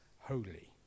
holy